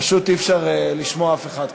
פשוט אי-אפשר לשמוע אף אחד כאן.